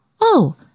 Oh